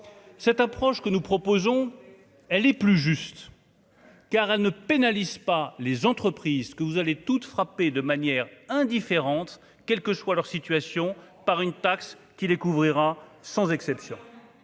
cette approche que nous proposons, elle est plus juste car elle ne pénalise pas les entreprises, ce que vous allez toutes frappé de manière indifférente, quelle que soit leur situation par une taxe qui découvrira sans exception,